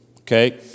okay